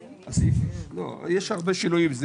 יש הרבה שינויים.